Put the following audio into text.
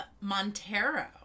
Montero